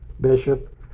bishop